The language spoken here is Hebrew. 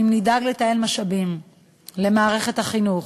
אם נדאג לתעל משאבים למערכת החינוך,